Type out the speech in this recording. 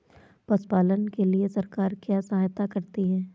पशु पालन के लिए सरकार क्या सहायता करती है?